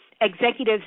executives